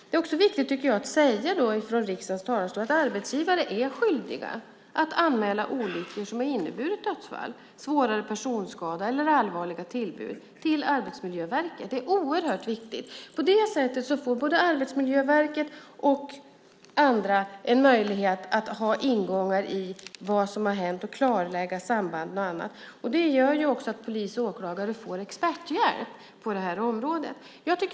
Det är viktigt att från riksdagens talarstol säga att arbetsgivare är skyldiga att anmäla olyckor som har lett till dödsfall, svårare personskada eller allvarliga tillbud till Arbetsmiljöverket. Det är oerhört viktigt. På det sättet får både Arbetsmiljöverket och andra en möjlighet att ha ingångar i vad som har hänt och klarlägga sambanden och annat. Det gör också att polis och åklagare får experthjälp på detta område.